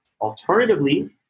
Alternatively